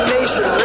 Nation